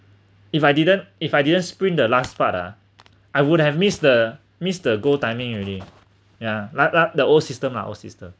if I didn't if I didn't sprint the last part ha I would have missed the missed the goal timing already ya like like the old system ah old system